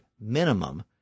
minimum